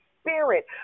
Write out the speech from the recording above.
spirit